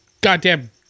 goddamn